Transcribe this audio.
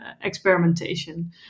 experimentation